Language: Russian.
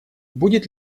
будет